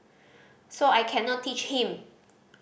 so I cannot teach him